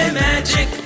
magic